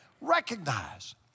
recognize